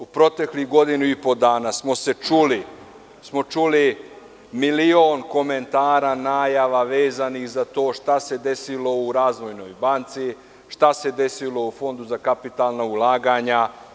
U proteklih godinu i po dana smo čuli milion komentara, najava, vezanih za to šta se desilo u Razvojnoj banci, šta se desilo u Fondu za kapitalna ulaganja.